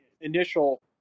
initial